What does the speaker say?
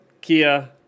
Kia